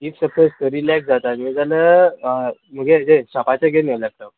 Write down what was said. if सप रिलेक् जाता न्ही जाल्या मुगे जे शॉपाचे घेन यो लॅपटॉप